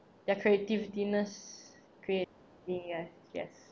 their creativitiness creativity yes yes